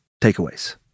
Takeaways